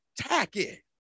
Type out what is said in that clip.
tacky